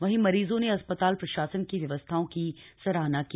वहीं मरीजों ने अस्पताल प्रशासन की व्यवस्थाओं की सराहना की